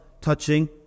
touching